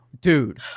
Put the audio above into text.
dude